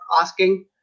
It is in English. asking